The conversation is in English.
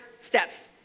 steps